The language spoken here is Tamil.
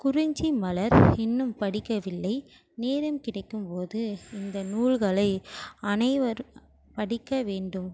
குறிஞ்சி மலர் இன்னும் படிக்கவில்லை நேரம் கிடைக்கும்போது இந்த நூல்களை அனைவரும் படிக்க வேண்டும்